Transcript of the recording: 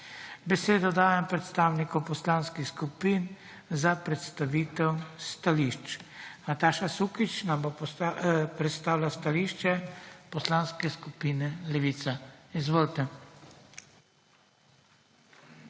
Besedo dajem predstavnikom poslanskih skupin za predstavitev stališč. Nataša Sukič nam bo predstavila stališče Poslanske skupine Levica. Izvolite.